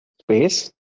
space